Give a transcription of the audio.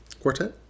Quartet